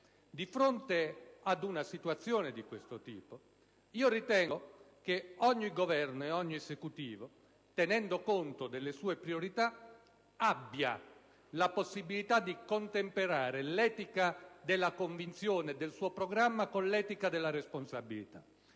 Di fronte ad una situazione di questo tipo, ritengo che ogni Governo e ogni Esecutivo, tenendo conto delle sue priorità, abbia la possibilità di contemperare l'etica della convinzione del suo programma con l'etica della responsabilità.